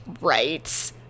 right